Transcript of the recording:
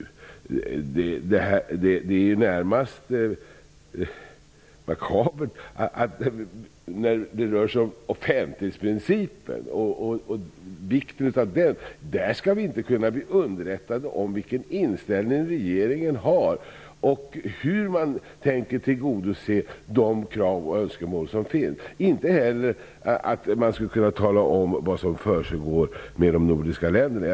Det är närmast makabert att i frågan om vikten av offentlighetsprincipen skall vi inte kunna bli underrättade om vilken inställning regeringen har och hur krav och önskemål skall tillgodoses. Inte heller talas det om vad som försiggår med de nordiska länderna.